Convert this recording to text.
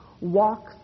walk